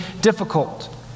difficult